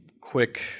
quick